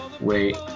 wait